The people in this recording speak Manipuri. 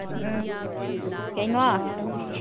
ꯎꯝ ꯀꯩꯅꯣ